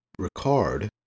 Ricard